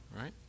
right